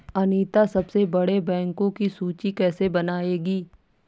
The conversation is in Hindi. अनीता सबसे बड़े बैंकों की सूची कैसे बनायेगी?